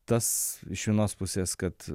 tas iš vienos pusės kad